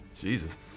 Jesus